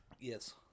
Yes